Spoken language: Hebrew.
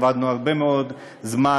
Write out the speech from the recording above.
עבדנו הרבה מאוד זמן.